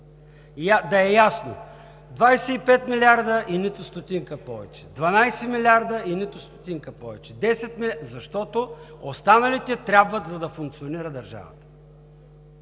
Да е ясно – 25 милиарда и нито стотинка повече, 12 милиарда и нито стотинка повече, 10 милиарда, защото останалите трябват, за да функционира държавата.